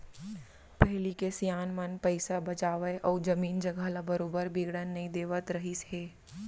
पहिली के सियान मन पइसा बचावय अउ जमीन जघा ल बरोबर बिगड़न नई देवत रहिस हे